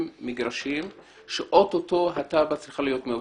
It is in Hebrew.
מגרשים שעוד מעט התב"ע צריכה להיות מאושרת.